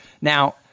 Now